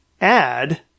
add